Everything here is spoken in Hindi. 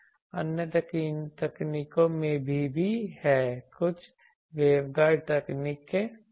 अन्य तकनीकें भी हैं कुछ वेवगाइड तकनीक आदि